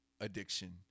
addiction